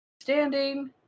Standing